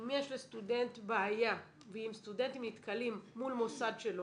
אם יש לסטודנט בעיה ואם סטודנטים נתקלים מול מוסד שלא,